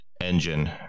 engine